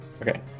Okay